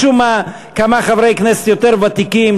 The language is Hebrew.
משום מה כמה חברי כנסת יותר ותיקים,